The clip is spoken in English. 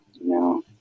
No